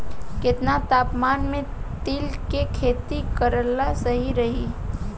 केतना तापमान मे तिल के खेती कराल सही रही?